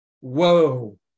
whoa